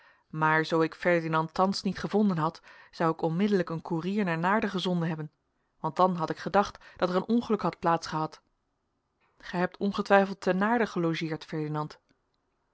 maar zoo ik ferdinand thans niet gevonden had zou ik onmiddellijk een koerier naar naarden gezonden hebben want dan had ik gedacht dat er een ongeluk had plaats gehad gij hebt ongetwijfeld te naarden gelogeerd ferdinand